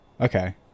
Okay